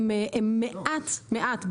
הן מעט מעט,